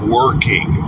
working